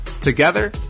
Together